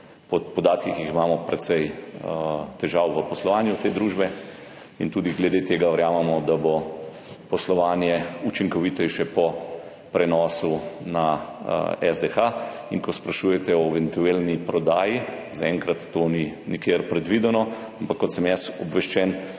po podatkih, ki jih imamo, precej težav v poslovanju te družbe. Tudi glede tega verjamemo, da bo poslovanje učinkovitejše po prenosu na SDH. Ko sprašujete o eventualni prodaji, zaenkrat to ni nikjer predvideno, ampak kot sem jaz obveščen,